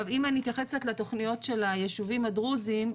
אם אני מתייחסת לתוכניות של היישובים הדרוזים,